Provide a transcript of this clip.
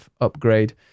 upgrade